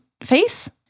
face